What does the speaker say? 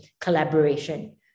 collaboration